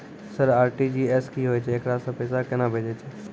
Sir RTGS की होय छै, एकरा से पैसा केना भेजै छै?